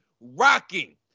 rocking